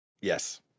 Yes